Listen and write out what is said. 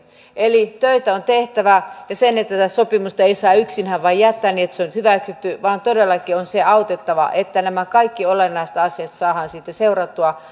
eli töitä on tehtävä tätä sopimusta ei saa vain jättää yksinään niin että se on hyväksytty vaan todellakin on autettava että nämä kaikki olennaiset asiat saadaan seurattua